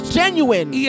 genuine